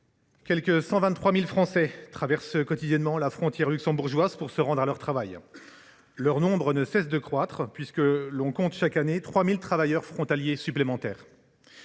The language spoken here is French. quelque 123 000 Français traversent quotidiennement la frontière luxembourgeoise pour se rendre à leur travail. Leur nombre ne cesse de croître, puisque l’on compte chaque année 3 000 travailleurs frontaliers supplémentaires.